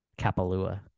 kapalua